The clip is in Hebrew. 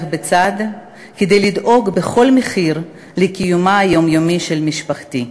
בצד כדי לדאוג בכל מחיר לקיומה היומיומי של משפחתי.